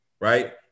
right